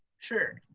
sure.